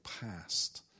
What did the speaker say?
past